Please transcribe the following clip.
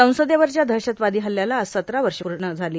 संसदेवरच्या दहशतवादी हल्ल्याला आज सतरा वर्ष झाली